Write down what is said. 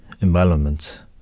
environment